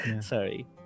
Sorry